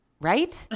Right